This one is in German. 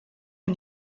mir